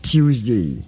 Tuesday